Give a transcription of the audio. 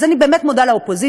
אז אני באמת מודה לאופוזיציה,